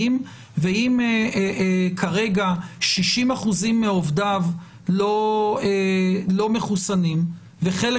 וגם כרגע שישים אחוזים מעובדיו לא מחוסנים וחלק